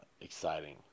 exciting